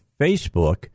Facebook